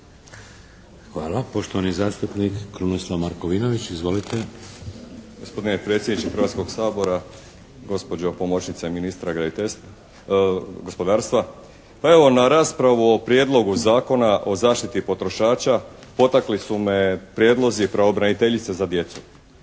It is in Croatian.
Hvala. Poštovani zastupnik Krunoslav Markovinović. Izvolite. **Markovinović, Krunoslav (HDZ)** Gospodine predsjedniče Hrvatskoga sabora, gospođo pomoćnice ministra gospodarstva! Pa evo, na raspravu o Prijedlogu zakona o zaštiti potrošača potakli su me prijedlozi pravobraniteljice za djecu.